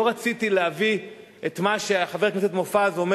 לא רציתי להביא את מה שחבר הכנסת מופז אומר